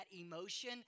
emotion